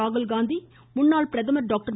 ராகுல்காந்தி முன்னாள் பிரதமர் டாக்டர்